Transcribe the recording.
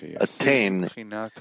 attain